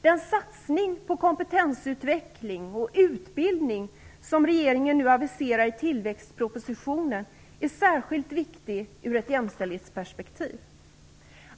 Den satsning på kompetensutveckling och utbildning som regeringen nu aviserar i tillväxtpropositionen är särskilt viktig ur ett jämställdhetsperspektiv.